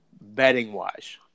betting-wise